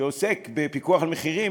שעוסק בפיקוח על המחירים,